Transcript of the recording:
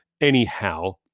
Anyhow